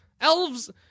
Elves